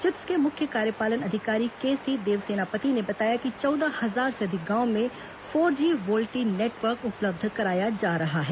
chips के मुख्य कार्यपालन अधिकारी केसी देवसेनापति ने बताया कि चौदह हजार से अधिक गांवों में फोर जी वोल्टी नेटवर्क उपलब्ध कराया जा रहा है